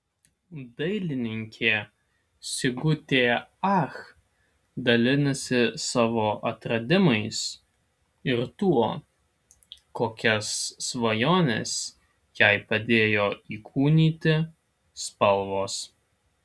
dailininkė sigutė ach dalinasi savo atradimais ir tuo kokias svajones jai padėjo įkūnyti spalvos